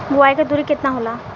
बुआई के दुरी केतना होला?